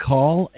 Call